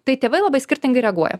tai tėvai labai skirtingai reaguoja